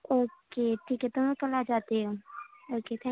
okay ٹھیک ہے تو میں کل آجاتی ہوں اوکے تھینک